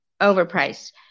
overpriced